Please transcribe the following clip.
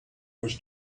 was